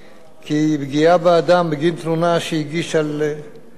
כי פגיעה באדם בגין תלונה שהגיש על אי-תשלום